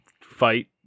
fight